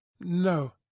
No